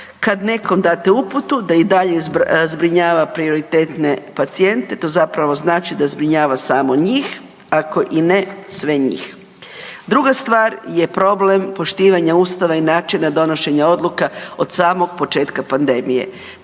Kad nekom date uputu da i dalje zbrinjava prioritetne pacijente, to zapravo znači da zbrinjava samo njih ako i ne sve njih. Druga stvar je problem poštivanja Ustava i načina donošenja odluka od samog početka pandemije.